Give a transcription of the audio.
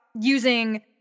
using